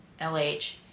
lh